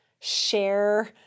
share